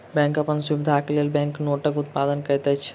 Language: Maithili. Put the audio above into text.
बैंक अपन सुविधाक लेल बैंक नोटक उत्पादन करैत अछि